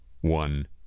one